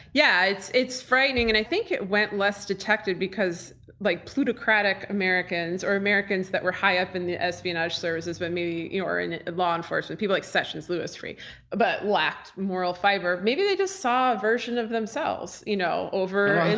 yeah, it's it's frightening, and i think it went less detected because like plutocratic americans, or americans that were high up in the espionage services but yeah or in law enforcement people like sessions, louis freeh but lacked moral fiber, maybe they just saw a version of themselves you know over in